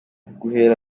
guhera